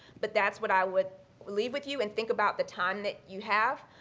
but that's what i would leave with you. and think about the time that you have.